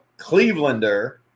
Clevelander